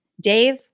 Dave